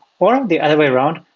or the other way around,